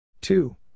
Two